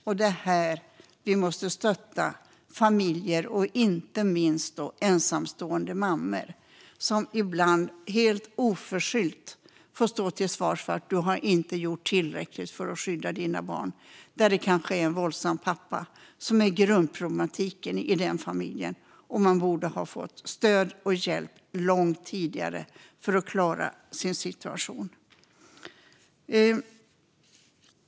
Det är här vi måste stötta familjer och inte minst ensamstående mammor, som ibland helt oförskyllt får stå till svars för att de inte gjort tillräckligt för att skydda sina barn när det kanske egentligen är en våldsam pappa som är grundproblematiken i familjen och man borde ha fått stöd och hjälp långt tidigare för att klara situationen.